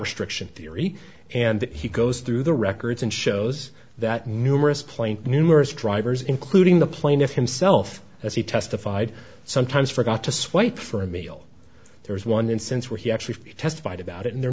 restriction theory and he goes through the records and shows that numerous plain numerous drivers including the plaintiff himself as he testified sometimes forgot to swipe for a meal there was one instance where he actually testified about it in the